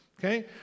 okay